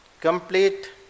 complete